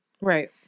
Right